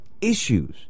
issues